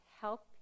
help